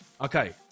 Okay